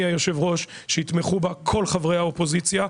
היושב ראש שיתמכו בה כל חברי האופוזיציה,